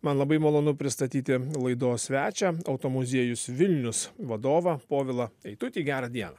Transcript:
man labai malonu pristatyti laidos svečią automuziejus vilnius vadovą povilą eitutį gera diena